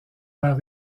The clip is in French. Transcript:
par